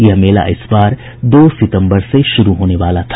यह मेला इस बार दो सितम्बर से शुरू होने वाला था